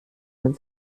man